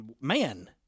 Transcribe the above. man